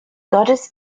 goddess